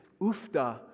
ufta